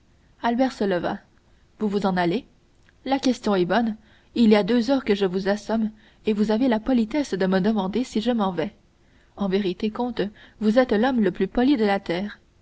albert se leva vous vous en allez la question est bonne il y a deux heures que je vous assomme et vous avez la politesse de me demander si je m'en vais en vérité comte vous êtes l'homme le plus poli de la terre